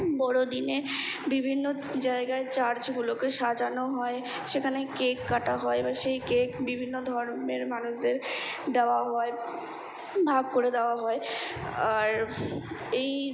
বড়দিনে বিভিন্ন জায়গায় চার্চগুলোকে সাজানো হয় সেখানে কেক কাটা হয় বা সেই কেক বিভিন্ন ধর্মের মানুষদের দেওয়া হয় ভাগ করে দেওয়া হয় আর এই